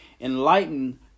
Enlighten